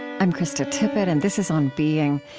i'm krista tippett, and this is on being.